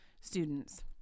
students